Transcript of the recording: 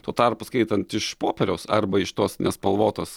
tuo tarpu skaitant iš popieriaus arba iš tos nespalvotos